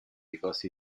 because